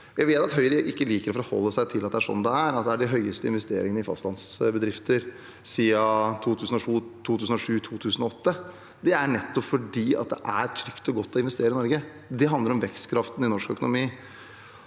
Jeg vet at Høyre ikke liker å forholde seg til at vi har de høyeste investeringene i fastlandsbedriftene siden 2007–2008. Det er nettopp fordi det er trygt og godt å investere i Norge, og det handler om vekstkraften i norsk økonomi.